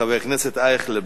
של חבר הכנסת ישראל אייכלר.